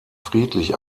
friedlich